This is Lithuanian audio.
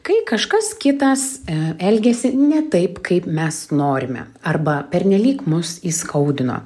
kai kažkas kitas elgiasi ne taip kaip mes norime arba pernelyg mus įskaudino